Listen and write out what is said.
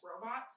robots